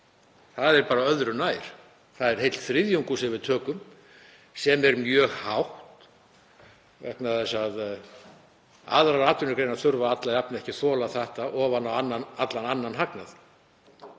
Það er öðru nær. Það er heill þriðjungur sem við tökum sem er mjög hátt. Aðrar atvinnugreinar þurfa alla jafna ekki að þola þetta ofan á allan annan hagnað.